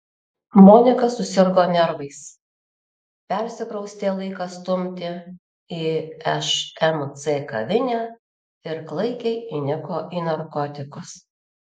monika susirgo nervais persikraustė laiką stumti į šmc kavinę ir klaikiai įniko į narkotikus